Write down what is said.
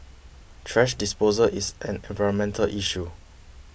thrash disposal is an environmental issue